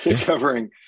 covering